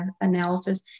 analysis